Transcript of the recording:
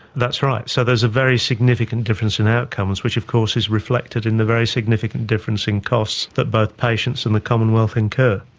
that's right. so there's a very significant difference in outcomes, which of course is reflected in the very significant difference in costs that both patients and the commonwealth incur.